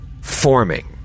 forming